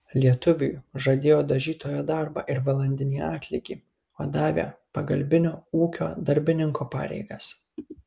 lietuviui žadėjo dažytojo darbą ir valandinį atlygį o davė pagalbinio ūkio darbininko pareigas